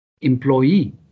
employee